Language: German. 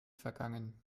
vergangen